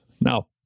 Now